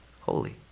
holy